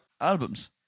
Albums